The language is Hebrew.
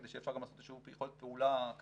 כדי שאפשר גם לעשות איזה שהיא יכולת פעולה קדימה.